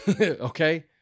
Okay